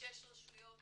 השירותים